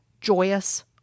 joyous